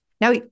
Now